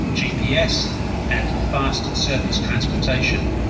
gps and fast surface transportation.